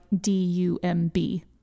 D-U-M-B